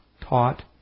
taught